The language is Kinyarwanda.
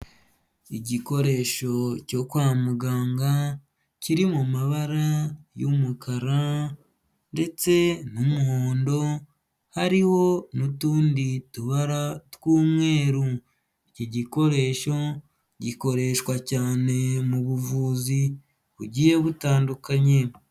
Igikoresho cyo kwa muganga kiri mu mabara y'umukara ndetse n'umuhondo hariho n'utundi tubara tw'umweru, iki gikoresho gikoreshwa cyane mu buvuzi bugiye butandukanye.